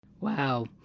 Wow